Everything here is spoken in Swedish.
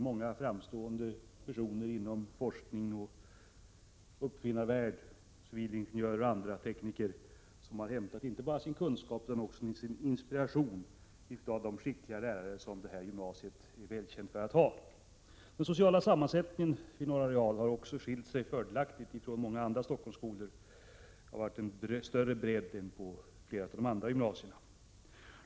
Många framstående personer inom forskningsoch uppfinnarvärlden, civilingenjörer och andra tekniker, har hämtat inte bara sin kunskap utan även sin inspiration från de skickliga lärare som detta gymnasium är välkänt för. Den sociala sammansättningen vid Norra real har också på ett fördelaktigt sätt skilt sig från sammansättningen vid många andra Stockholmsskolor. Den har varit bredare än i flera av de andra gymnasierna.